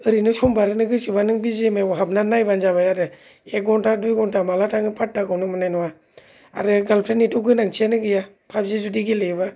एरैनो सम बारहोनो गोसोबा बि जि एम आइयाव हाबनानै नायबानो जाबाय आरो एक घन्टा दुइ घन्टा माला थाङो पाट्टाखौनो मोननाय नङा आरो गार्लफ्रेन्डनिथ' गोनांथियानो गैया पाबजि जुदि गेलेयोबा